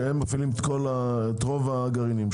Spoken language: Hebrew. שהם מפעילים את רוב הגרעינים,